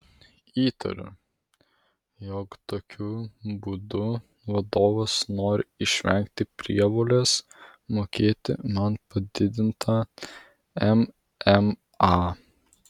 įtariu jog tokiu būdu vadovas nori išvengti prievolės mokėti man padidintą mma